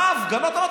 מה הפגנות?